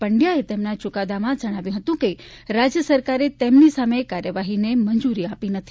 પંડ્યાએ તેમના ચુકાદામાં જણાવ્યું હતું કે રાજ્ય સરકારે તેમની સામે કાર્યવાહીને મંજુરી આપી નથી